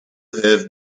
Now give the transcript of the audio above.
have